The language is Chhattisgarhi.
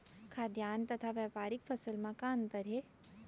खाद्यान्न तथा व्यापारिक फसल मा का अंतर हे?